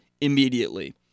immediately